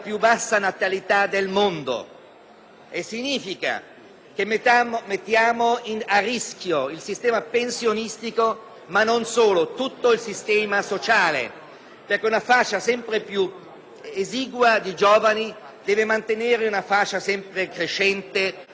significa che si mette a rischio il sistema pensionistico, ma anche tutto il sistema sociale, perché una fascia sempre più esigua di giovani deve mantenere una fascia crescente di persone anziane.